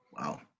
Wow